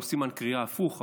לא סימן קריאה הפוך,